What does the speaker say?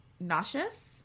nauseous